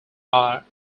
are